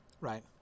right